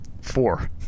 Four